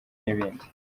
n’ibindi